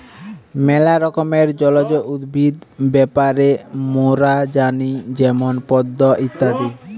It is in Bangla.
ম্যালা রকমের জলজ উদ্ভিদ ব্যাপারে মোরা জানি যেমন পদ্ম ইত্যাদি